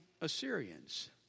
Assyrians